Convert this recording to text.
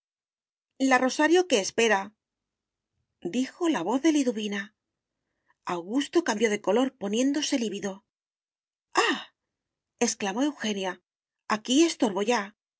la rosario que espera dijo la voz de liduvina augusto cambió de color poniéndose lívido ah exclamó eugenia aquí estorbo ya